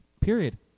Period